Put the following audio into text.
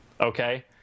Okay